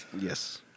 Yes